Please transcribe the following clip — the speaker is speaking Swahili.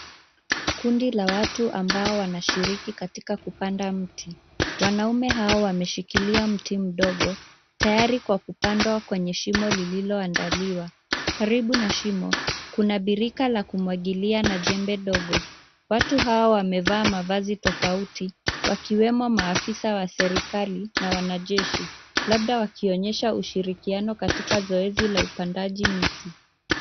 Kundi la watu ambao wanashiriki katika kupanda mti. Wanaume hao wameshikilia mti mdogo tayari kwa kupandwa kwenye shimo lililoandaliwa. Karibu na shimo, kuna birika la kumwagilia na jembe ndogo. Watu hawa wamevaa mavazi tofauti, wakiwemo maafisa wa serikali na wanajeshi, labda wakionyesha ushirikianao katika zoezi la upandaji miti.